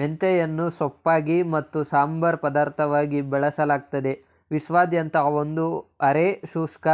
ಮೆಂತೆಯನ್ನು ಸೊಪ್ಪಾಗಿ ಮತ್ತು ಸಂಬಾರ ಪದಾರ್ಥವಾಗಿ ಬಳಸಲಾಗ್ತದೆ ವಿಶ್ವಾದ್ಯಂತ ಒಂದು ಅರೆ ಶುಷ್ಕ